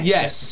Yes